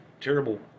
terrible